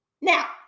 now